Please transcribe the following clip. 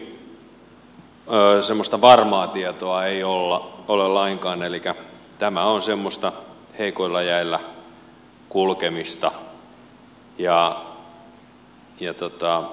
kuitenkaan semmoista varmaa tietoa ei ole lainkaan elikkä tämä on semmoista heikoilla jäillä kulkemista